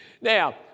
Now